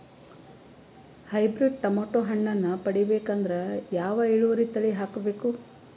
Hybrid tomato ಹಣ್ಣನ್ನ ಪಡಿಬೇಕಂದರ ಯಾವ ಇಳುವರಿ ತಳಿ ಹಾಕಬೇಕು?